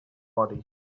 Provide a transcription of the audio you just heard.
body